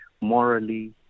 morally